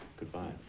goodbye.